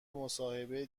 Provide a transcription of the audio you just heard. مصاحبه